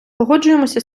погоджуємося